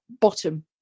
bottom